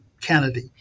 Kennedy